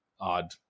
odd